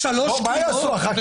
שלוש קריאות?